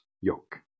yoke